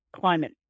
climate